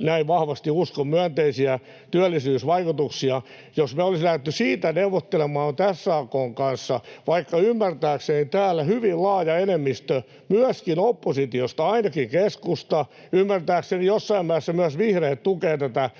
näin vahvasti uskon — myönteisiä työllisyysvaikutuksia: Jos me oltaisiin lähdetty siitä neuvottelemaan nyt SAK:n kanssa, vaikka ymmärtääkseni täällä hyvin laaja enemmistö — myöskin oppositiosta ainakin keskusta ja ymmärtääkseni jossain määrässä myös vihreät — tukee tätä